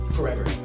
Forever